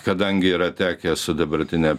kadangi yra tekę su dabartine